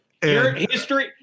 History